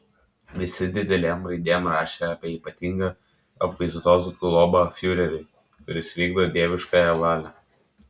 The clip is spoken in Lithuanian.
visi didelėm raidėm rašė apie ypatingą apvaizdos globą fiureriui kuris vykdo dieviškąją valią